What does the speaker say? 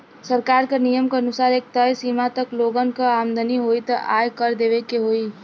सरकार क नियम क अनुसार एक तय सीमा तक लोगन क आमदनी होइ त आय कर देवे के होइ